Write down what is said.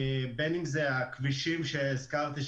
בין אם זה הכבישים שהזכרתי,